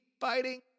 fighting